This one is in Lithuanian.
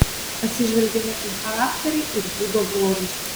atsižvelgiame į charakterį ir būdo bruožus